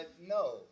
No